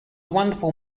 wonderful